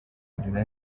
kurera